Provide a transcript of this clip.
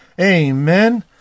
Amen